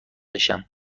بشوم